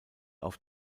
auf